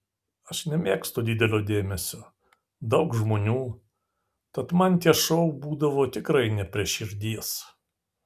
aš nemėgstu didelio dėmesio daug žmonių tad man tie šou būdavo tikrai ne prie širdies